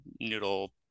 noodle